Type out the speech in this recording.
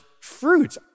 fruit